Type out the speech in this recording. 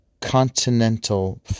continental